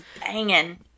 banging